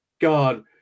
God